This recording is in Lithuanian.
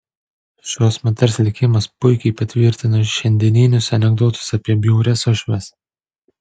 šios moters likimas puikiai patvirtina šiandieninius anekdotus apie bjaurias uošves